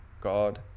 God